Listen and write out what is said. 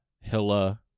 Hilla